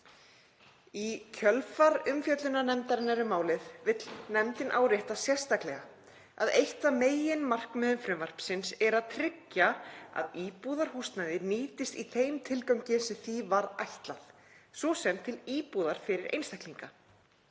Í kjölfar umfjöllunar nefndarinnar um málið vill nefndin árétta sérstaklega að eitt af meginmarkmiðum frumvarpsins er að tryggja að íbúðarhúsnæði nýtist í þeim tilgangi sem því var ætlað, svo sem til íbúðar fyrir einstaklinga.